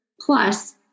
plus